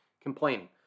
complaining